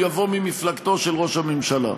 הוא יבוא ממפלגתו של ראש הממשלה.